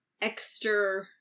extra